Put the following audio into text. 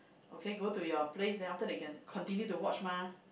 okay go to your place then after that you can continue to watch mah